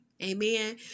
Amen